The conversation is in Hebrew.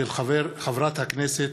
תודה,